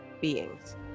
beings